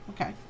okay